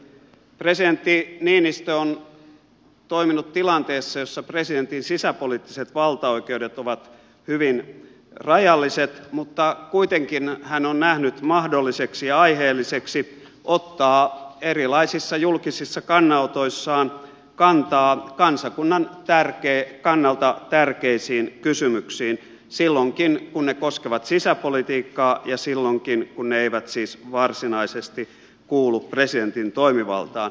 presidentti niinistö on toiminut tilanteessa jossa presidentin sisäpoliittiset valtaoikeudet ovat hyvin rajalliset mutta kuitenkin hän on nähnyt mahdolliseksi ja aiheelliseksi ottaa erilaisissa julkisissa kannanotoissaan kantaa kansakunnan kannalta tärkeisiin kysymyksiin silloinkin kun ne koskevat sisäpolitiikkaa ja silloinkin kun ne eivät varsinaisesti kuulu presidentin toimivaltaan